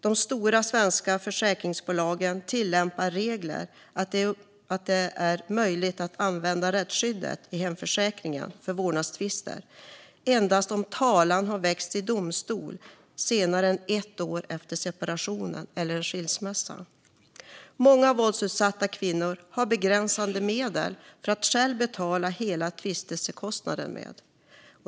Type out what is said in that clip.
De stora svenska försäkringsbolagen tillämpar regeln att det är möjligt att använda rättsskyddet i hemförsäkringen för vårdnadstvister endast om talan väcks i domstol senare än ett år efter separation eller skilsmässa. Många våldsutsatta kvinnor har begränsade medel att själv betala hela tvistekostnaden med.